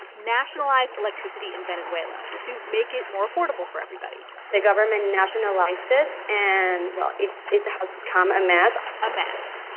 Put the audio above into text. nationalized electricity in venezuela to make it more affordable for everybody the government nationalized it. and well, it it has become a mess a mess.